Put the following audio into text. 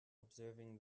observing